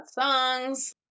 songs